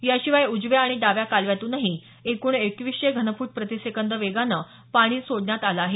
याशिवाय उजव्या आणि डाव्या कालव्यातूनही एकूण एकवीसशे घनफूट प्रतिसेकंद वेगानं पाणी सोडण्यात आलं आहे